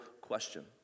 question